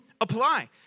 apply